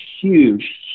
huge